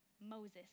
Moses